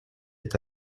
est